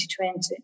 2020